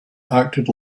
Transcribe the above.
acted